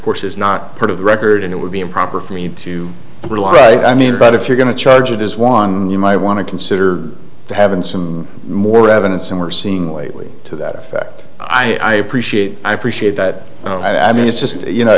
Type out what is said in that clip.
course is not part of the record and it would be improper for me to i mean but if you're going to charge it is one you might want to consider to have been some more evidence and we're seeing lately to that effect i appreciate i appreciate that no i mean it's just you know